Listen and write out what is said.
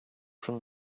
from